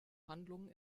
handlungen